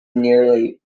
nearly